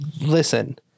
listen